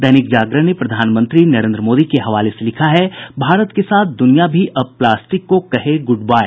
दैनिक जागरण ने प्रधानमंत्री नरेन्द्र मोदी के हवाले से लिखा है भारत के साथ दुनिया भी अब प्लास्टिक को कहे गुडबाय